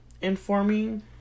informing